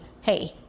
Hey